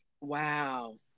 Wow